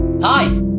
Hi